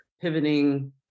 pivoting